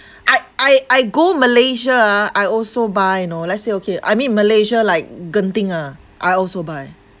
I I I go Malaysia ah I also buy you know let's say okay I mean Malaysia like genting ah I also buy